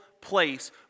place